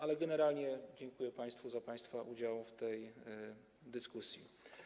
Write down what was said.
Ale generalnie dziękuję państwu za państwa udział w tej dyskusji.